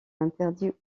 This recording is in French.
interdit